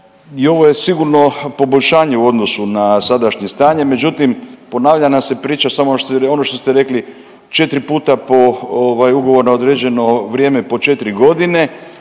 I ovo je sigurno poboljšanje u odnosu na sadašnje stanje, međutim ponavlja nam se priča samo što se, ono što ste rekli 4 puta po ovaj ugovor na određeno vrijeme po 4 godine,